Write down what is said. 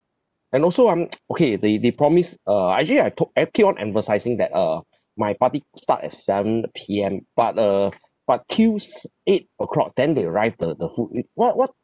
and also I'm okay they they promised uh I actually I told I keep on emphasising that uh my party start at seven P_M but uh but till s~ eight o'clock then they arrived the the food w~ what what